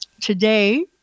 today